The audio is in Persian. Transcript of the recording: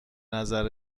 نظر